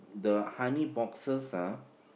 the honey boxes ah